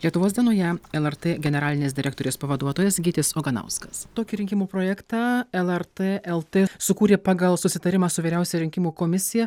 lietuvos dienoje lrt generalinės direktorės pavaduotojas gytis oganauskas tokį rinkimų projektą lrt lt sukūrė pagal susitarimą su vyriausiąja rinkimų komisija